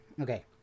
Okay